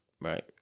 Right